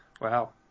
Wow